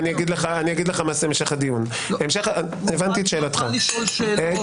יהיה לנו זמן לשאול שאלות?